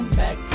back